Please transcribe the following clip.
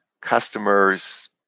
customers